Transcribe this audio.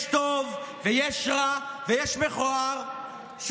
יש טוב ויש רע ויש מכוער.